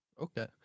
okay